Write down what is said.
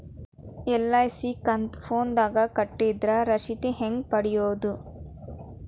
LIC ಕಂತು ಫೋನದಾಗ ಕಟ್ಟಿದ್ರ ರಶೇದಿ ಹೆಂಗ್ ಪಡೆಯೋದು?